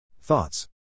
Thoughts